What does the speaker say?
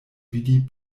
vidi